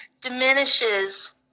diminishes –